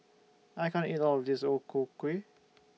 I can't eat All of This O Ku Kueh